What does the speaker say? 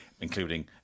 including